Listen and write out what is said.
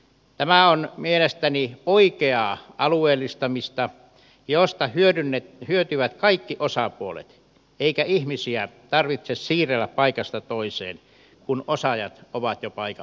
tämä on mielestäni oikeaa alueellistamista josta hyötyvät kaikki osapuolet eikä ihmisiä tarvitse siirrellä paikasta toiseen kun osaajat ovat jo paikan päällä